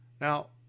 Now